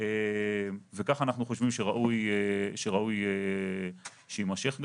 כך אנחנו חושבים שראוי שיימשך גם.